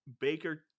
Baker